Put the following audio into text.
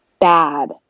bad